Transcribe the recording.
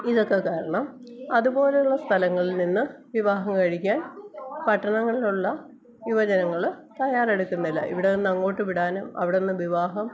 ഇതൊക്കെ കാരണം അതുപോലെയുള്ള സ്ഥലങ്ങളിൽ നിന്ന് വിവാഹം കഴിക്കാൻ പട്ടണങ്ങളിലുള്ള യുവജനങ്ങൾ തയ്യാറെടുക്കുന്നില്ലാ ഇവിടെ നിന്ന് അങ്ങോട്ട് വിടാനും അവിടെ നിന്ന് വിവാഹം